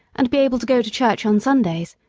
and be able to go to church on sundays,